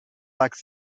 like